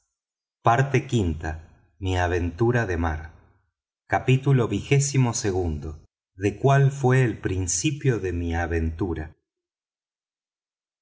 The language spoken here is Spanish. parte v mi aventura de mar capítulo xxii de cual fué el principio de mi aventura